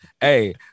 Hey